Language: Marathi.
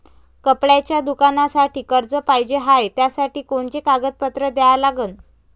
कपड्याच्या दुकानासाठी कर्ज पाहिजे हाय, त्यासाठी कोनचे कागदपत्र द्या लागन?